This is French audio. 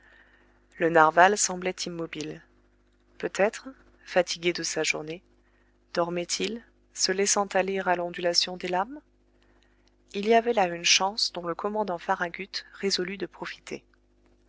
le narwal semblait immobile peut-être fatigué de sa journée dormait il se laissant aller à l'ondulation des lames il y avait là une chance dont le commandant farragut résolut de profiter